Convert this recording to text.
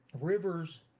rivers